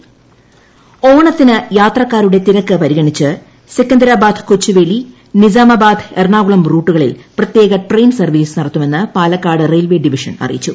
train service ഓണത്തിന് യാത്രക്കാരുടെ തിര്ക്ക് പരിഗണിച്ച് സെക്കന്ദരാബാദ് കൊച്ചുവേളി നിസാമാബുർദ് എറണാകുളം റൂട്ടുകളിൽ പ്രത്യേക ട്രെയിൻ സർവീസ് നടത്തുമെന്ന് പാലക്കാട് റെയിൽവേ ഡിവിഷൻ അറിയിച്ചു